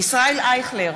ישראל אייכלר,